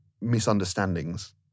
misunderstandings